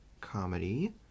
comedy